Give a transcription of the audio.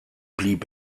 blieb